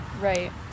Right